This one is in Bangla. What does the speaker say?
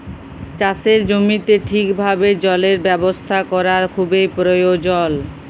চাষের জমিতে ঠিকভাবে জলের ব্যবস্থা ক্যরা খুবই পরয়োজল